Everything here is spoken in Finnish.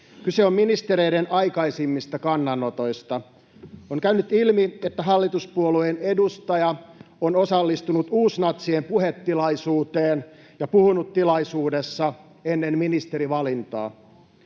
Kyse on ministereiden aikaisemmista kannanotoista. On käynyt ilmi, että hallituspuolueen edustaja on osallistunut uusnatsien puhetilaisuuteen ja puhunut tilaisuudessa ennen ministerivalintaa.